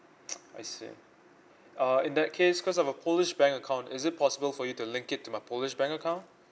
I see uh in that case cause I have a polish bank account is it possible for you to link it to my polish bank account